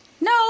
No